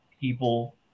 people